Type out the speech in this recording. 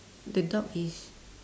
the dog is